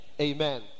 Amen